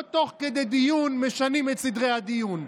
תוך כדי דיון לא משנים את סדרי הדיון.